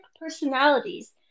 personalities